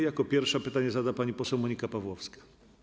Jako pierwsza pytanie zada pani poseł Monika Pawłowska.